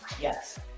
Yes